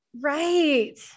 right